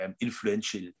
influential